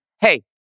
Hey